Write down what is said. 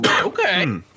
okay